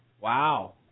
Wow